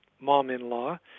mom-in-law